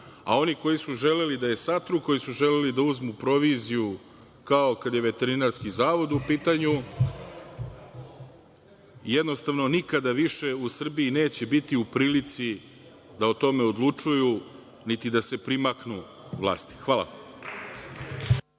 a oni koji su želeli da je satru, koji su želeli da uzmu proviziju, kao kada je Veterinarski zavod u pitanju, jednostavno nikada više u Srbiji neće biti u prilici da o tome odlučuju, niti da se primaknu vlasti. Hvala.